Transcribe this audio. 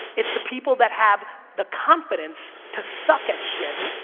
it's the people that have the confidence to suck at shit